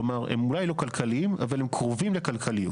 כלומר הם אולי לא כלכליים אבל הם קרובים לכלכליות.